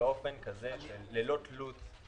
וללא תלות.